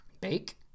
Bake